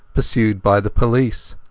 pursued by the police?